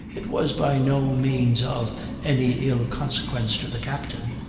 it was by no means of any ill consequence to the captain,